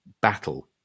battle